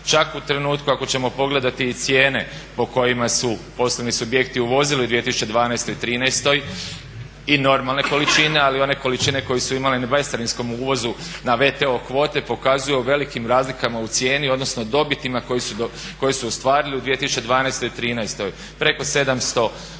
Čak u trenutku ako ćemo pogledati i cijene po kojima su poslovni subjekti uvozili 2012. i 2013. i normalne količine, ali i one količine koje su imale u bescarinskom uvozu na VTO kvote pokazuju velikim razlikama u cijeni odnosno dobitima koje su ostvarili u 2012. i 2013. Preko 700 eura